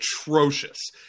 atrocious